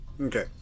Okay